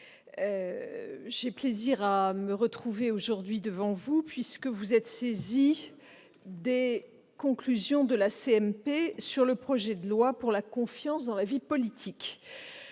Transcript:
j'ai plaisir à me retrouver aujourd'hui devant vous, puisque vous êtes saisis des conclusions de la commission mixte paritaire sur le projet de loi pour la confiance dans la vie politique.